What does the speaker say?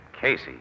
Casey